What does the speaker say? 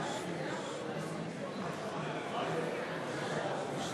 חברי הכנסת, הצעת חוק-יסוד: הכנסת (תיקון מס'